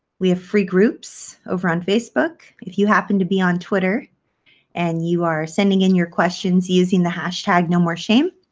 we have free groups over on facebook. if you happen to be on twitter and you are sending in your questions using the hash tag nomoreshame,